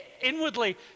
inwardly